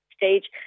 stage